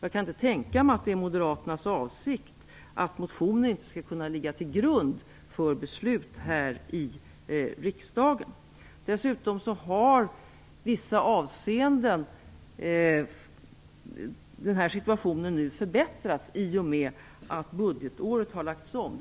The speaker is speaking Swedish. Jag kan inte tänka mig att det är moderaternas avsikt att motioner inte skall kunna ligga till grund för beslut här i riksdagen. Dessutom har i vissa avseenden den här situationen nu förbättrats i och med att budgetåret har lagts om.